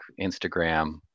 Instagram